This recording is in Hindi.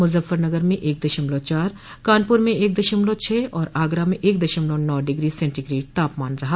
मुजफ्फरनगर में एक दशमलव चार कानपुर में एक दशमलव छह और आगरा में एक दशमलव नौ डिग्री सेंटीग्रेड तापमान रहा